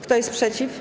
Kto jest przeciw?